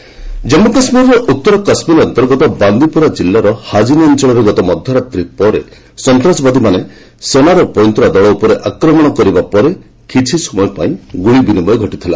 JK gun fight Jammu କାଶ୍ୱୀରର ଉତ୍ତର କାଶ୍ୱୀର ଅନ୍ତର୍ଗତ ବାନ୍ଦିପୋରା ଜିଲ୍ଲାର ହାଜିନ୍ ଅଞ୍ଚଳରେ ଗତ ମଧ୍ୟରାତ୍ରି ପରେ ସନ୍ତ୍ରାସବାଦୀମାନେ ସେନା ପଇଁତରା ଦଳ ଉପରେ ଆକ୍ରମଣ କରିବା ପରେ କିଛିସମୟ ପାଇଁ ଗୁଳି ବିନିମୟ ଘଟିଥିଲା